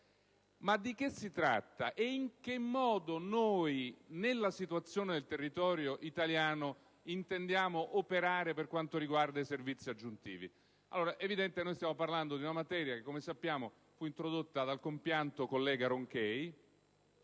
Di che cosa si tratta e in che modo noi, nella situazione del territorio italiano, intendiamo operare per quanto riguarda i servizi aggiuntivi? È evidente che stiamo parlando di una materia che, come sappiamo, fu introdotta dal compianto collega Ronchey,